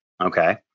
Okay